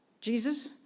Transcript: Jesus